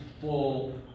full